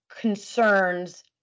concerns